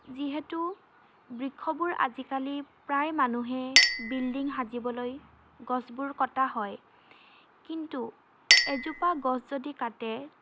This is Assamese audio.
যিহেতু বৃক্ষবোৰ আজিকালি প্ৰায় মানুহে বিল্ডিং সাজিবলৈ গছবোৰ কটা হয় কিন্তু এজোপা গছ যদি কাটে